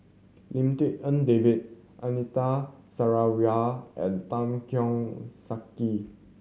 Lim Tik En David Anita Sarawak and Tan Keong Saik